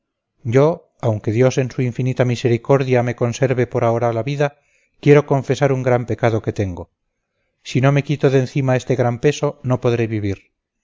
yo aunque dios en su infinita misericordia me conserve por ahora la vida quiero confesar un gran pecado que tengo si no me quito de encima este gran peso no podré vivir